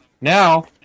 now